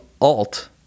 alt